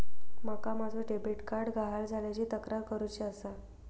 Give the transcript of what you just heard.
माका माझो debit card गहाळ झाल्याची तक्रार करुची आसा